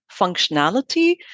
functionality